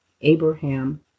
Abraham